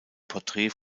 porträt